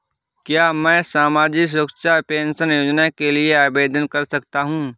क्या मैं सामाजिक सुरक्षा पेंशन योजना के लिए आवेदन कर सकता हूँ?